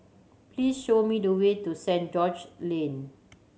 please show me the way to Saint George Lane